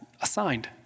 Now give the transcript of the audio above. assigned